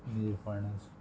निरपणस